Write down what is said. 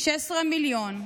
16 מיליון,